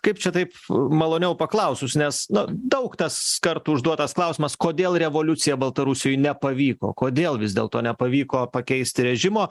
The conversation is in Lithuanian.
kaip čia taip maloniau paklausus nes na daug tas kartų užduotas klausimas kodėl revoliucija baltarusijoj nepavyko kodėl vis dėlto nepavyko pakeisti režimo